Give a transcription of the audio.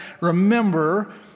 Remember